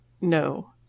No